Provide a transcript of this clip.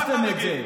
הוכחתם את זה.